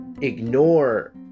ignore